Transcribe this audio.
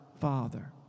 Father